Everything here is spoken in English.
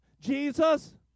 Jesus